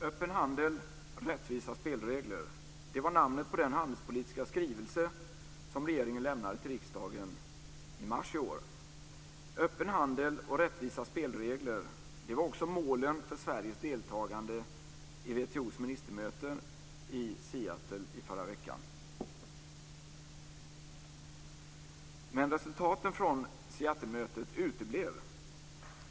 Herr talman! Öppen handel - rättvisa spelregler var namnet på den handelspolitiska skrivelse som regeringen lämnade till riksdagen i mars i år. Öppen handel och rättvisa spelregler var också målen för Sveriges deltagande i WTO:s ministermöte i Seattle i förra veckan. Men resultaten från Seattlemötet uteblev.